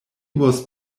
was